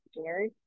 scared